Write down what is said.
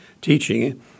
teaching